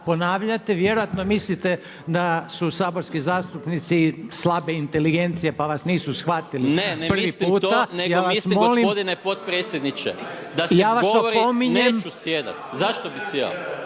ponavljate, vjerojatno mislite da su saborski zastupnici slabe inteligencije pa vas nisu shvatili prvi puta. Ja vas molim… …/Upadica Maras: Ne, ne mislim to, nego mislim gospodine potpredsjedniče da se govori…/… Ja vas opominjem!